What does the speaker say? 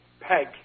Peg